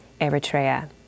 Eritrea